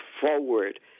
forward